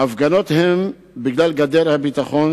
ההפגנות הן בגלל גדר הביטחון,